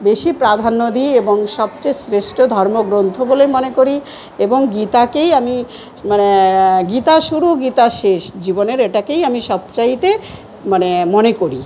বেশি প্রাধান্য দিই এবং সবচেয়ে শ্রেষ্ঠ ধর্মগ্রন্থ বলে মনে করি এবং গীতাকেই আমি মানে গীতা শুরু গীতা শেষ জীবনের এটাকেই আমি সব চাইতে মানে মনে করি